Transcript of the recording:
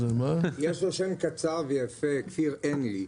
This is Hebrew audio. יש לו שם קצר ויפה "כפיר אין לי".